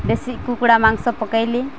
ବେଶୀ କୁକୁଡ଼ା ମାଂସ ପକେଇଲି